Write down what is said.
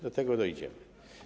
Do tego dojdziemy.